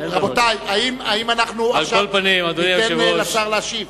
רבותי, האם אנחנו עכשיו ניתן לשר להשיב?